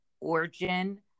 origin